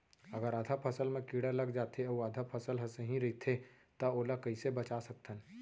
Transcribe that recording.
अगर आधा फसल म कीड़ा लग जाथे अऊ आधा फसल ह सही रइथे त ओला कइसे बचा सकथन?